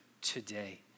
today